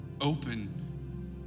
open